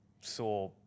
saw